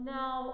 now